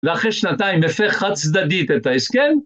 ואחרי שנתיים הפר חד צדדית את ההסכם.